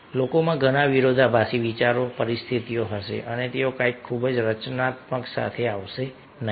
લોકોમાં ઘણાં વિરોધાભાસી વિચારો પરિસ્થિતિઓ હશે અને તેઓ કંઈક ખૂબ રચનાત્મક સાથે આવશે નહીં